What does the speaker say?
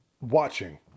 watching